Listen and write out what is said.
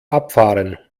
abfahren